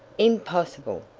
impossible!